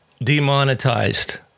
demonetized